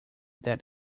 that